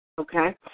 Okay